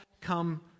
come